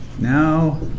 Now